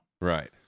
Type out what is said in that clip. Right